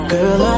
Girl